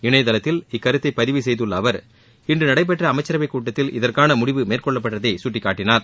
இணையதளத்தில் இக்கருத்தை பதிவு செய்துள்ள அவர் இன்று நடைபெற்ற அமைச்சரவைக் கூட்டத்தில் இதற்கான முடிவு மேற்கொள்ளப்பட்டதை சுட்டிக்காட்டினார்